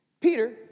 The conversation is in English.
Peter